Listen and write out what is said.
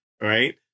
right